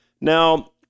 now